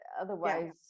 otherwise